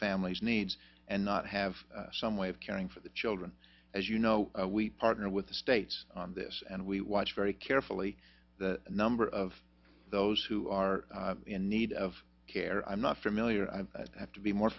family's needs and not have some way of caring for the children as you know we partner with the states on this and we watch very carefully the number of those who are in need of care i'm not familiar to be more